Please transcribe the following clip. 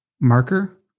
marker